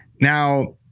now